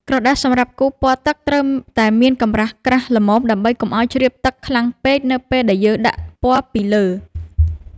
ក្រដាសសម្រាប់គូរពណ៌ទឹកត្រូវតែមានកម្រាស់ក្រាស់ល្មមដើម្បីកុំឱ្យជ្រាបទឹកខ្លាំងពេកនៅពេលដែលយើងដាក់ពណ៌ពីលើ។